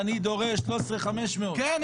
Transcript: "אני דורש 13,500". כן,